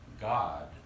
God